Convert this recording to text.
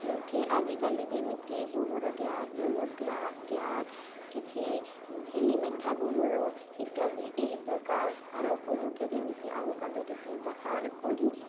ଲୋକେ ଆଜିକାଲି ଯେମିତି ଗୋବର ଗ୍ୟାସ୍ ଜୈବ ଗ୍ୟାସ୍ କିଛି ଛେଲି ମେଣ୍ଢା ଗୋବର ଇତ୍ୟାଦି ଏହି ପ୍ରକାର ସାରକୁ ଲୋକେ ଯେମିତି ଆଗ କାଲରେ ବ୍ୟବହାର କରି